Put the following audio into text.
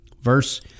Verse